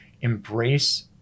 embrace